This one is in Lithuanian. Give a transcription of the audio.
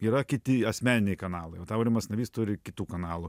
yra kiti asmeniniai kanalai vat aurimas navys turi kitų kanalų